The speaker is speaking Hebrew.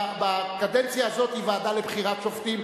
בקדנציה הזאת היא ועדה לבחירת שופטים,